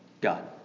God